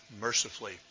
mercifully